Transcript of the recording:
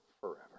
forever